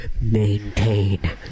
Maintain